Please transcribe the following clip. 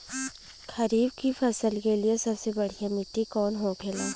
खरीफ की फसल के लिए सबसे बढ़ियां मिट्टी कवन होखेला?